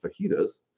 fajitas